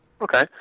Okay